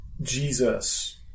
Jesus